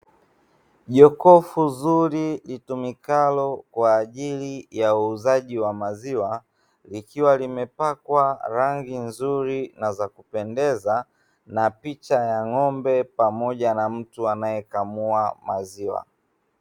Jokofu zuri litumikalo kwa ajili ya uuzaji wa maziwa, likiwa limepakwa rangi nzuri na zakupendeza na picha ya ng'ombe pamoja na mtu anayekamua maziwa.